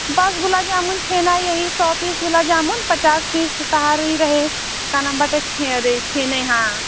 बस गुलाब जामुन छेना यही सब बीस गुलाब जामुन पचास पीस त्वारे रहे का नाम बाटे अरे छेने हाँ